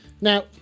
Now